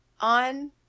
on –